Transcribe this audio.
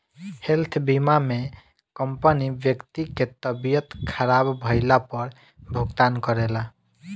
health बीमा में company व्यक्ति के तबियत ख़राब भईला पर भुगतान करेला